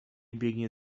biegnie